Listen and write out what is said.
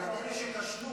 לא כשלה.